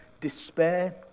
Despair